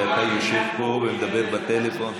ואתה יושב פה ומדבר בטלפון?